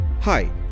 Hi